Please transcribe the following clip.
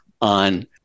on